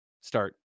start